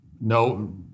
no